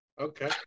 Okay